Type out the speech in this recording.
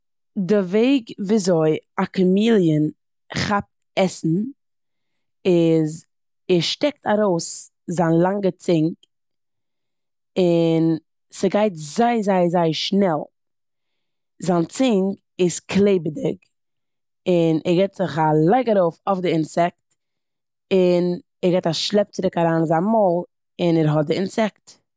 די וועג וויאזוי א קאמיליאן כאפט עסן איז ער שטעקט ארויס זיין לאנגע און ס'גייט זייער זייער זייער שנעל. זיין צונג איז קלעבעדיג און ער גיבט זיך א לייג ארויף אויף די אינסעקט און ער גיבט א שלעפ צירוק אריין אין זיין מויל און ער האט די אינסעקט.